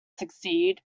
succeed